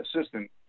assistant